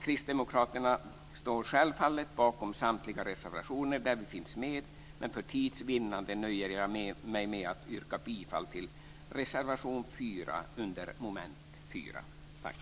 Kristdemokraterna står självfallet bakom samtliga reservationer som vi är delaktiga i, men för tids vinnande nöjer jag mig med att yrka bifall till reservation 4, under mom. 4. Tack!